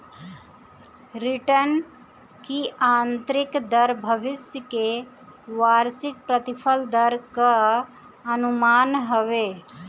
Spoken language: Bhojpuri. रिटर्न की आतंरिक दर भविष्य के वार्षिक प्रतिफल दर कअ अनुमान हवे